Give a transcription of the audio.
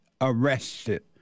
arrested